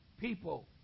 people